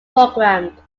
programmed